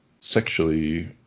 sexually